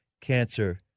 cancer